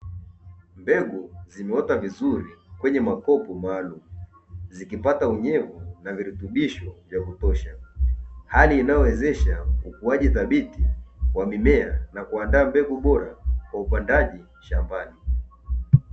Mbegu zimeota vizuri kwenye makopo maalumu, zikipata unyevu na virutubisho vya kutosha hali inayowezesha ukuaji thabiti kwa mimea na kuandaa mbegu bora kwa upandaji shambani.